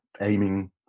aiming